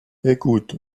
écoute